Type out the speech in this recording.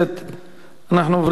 נמנעים.